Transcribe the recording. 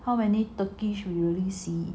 how many turkish you really see